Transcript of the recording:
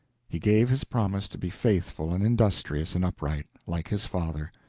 he gave his promise to be faithful and industrious and upright, like his father.